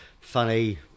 funny